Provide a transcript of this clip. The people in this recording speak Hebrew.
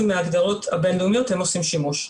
מההגדרות הבינלאומיות הם עושים שימוש.